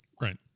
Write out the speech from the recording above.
Right